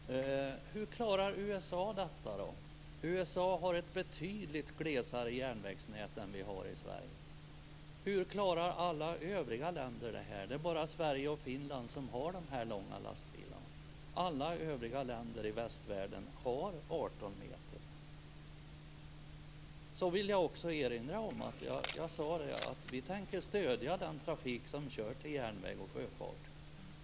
Fru talman! Hur klarar USA detta? USA har ett betydligt glesare järnvägsnät än vad vi har i Sverige. Hur klarar alla övriga länder detta? Det är bara Sverige och Finland som har dessa långa lastbilar. Alla övriga länder i västvärlden har 18 meter långa bilar. Så vill jag också erinra om att jag sade att vi tänker stödja den trafik som kör till järnväg och sjöfart.